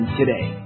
today